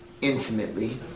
intimately